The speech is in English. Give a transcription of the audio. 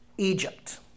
Egypt